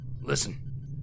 Listen